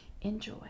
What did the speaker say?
Enjoy